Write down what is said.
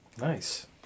nice